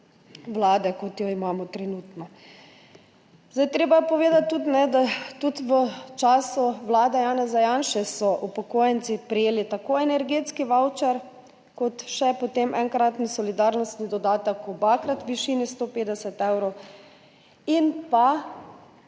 vlade, kot jo imamo trenutno zdaj. Treba je povedati, da so v času vlade Janeza Janše upokojenci prejeli tako energetski vavčer kot potem še enkratni solidarnostni dodatek, obakrat višini 150 evrov. Znali